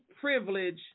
privilege